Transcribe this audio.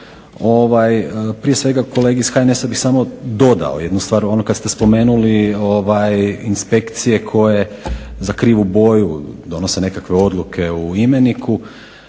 Prije svega kolegi iz HNS-a bih samo dodao jednu stvar. Onda kada ste spomenuli inspekcije koje za krivu boju donose nekakve odluke u imeniku.